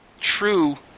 true